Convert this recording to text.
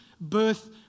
birth